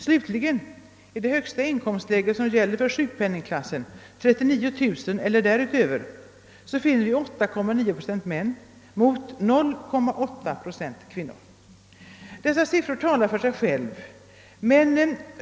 Slutligen i det högsta inkomstläge som gäller för sjukpenningen, 39000 kronor eller däröver, finner vi 8,9 procent mot 0,8 procent kvinnor. Dessa siffror talar för sig själva.